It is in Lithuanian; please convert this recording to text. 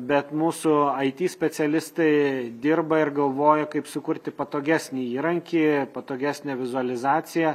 bet mūsų it specialistai dirba ir galvoja kaip sukurti patogesnį įrankį patogesnę vizualizaciją